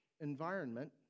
environment